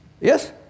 yes